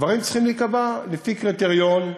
דברים צריכים להיקבע לפי קריטריון,